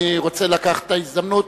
אני רוצה לקחת את ההזדמנות,